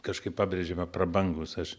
kažkaip pabrėžėme prabangūs aš